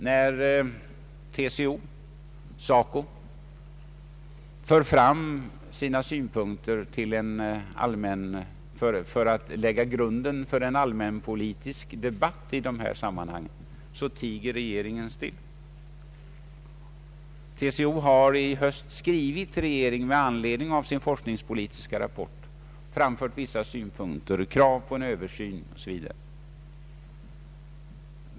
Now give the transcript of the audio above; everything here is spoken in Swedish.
När TCO och SACO för fram sina synpunkter för att lägga grunden för en allmän politisk debatt i dessa sammanhang, tiger regeringen still. TCO har i höst skrivit till regeringen med anledning av sin forskningspolitiska rapport, framfört vissa synpunkter, krav på en översyn osv.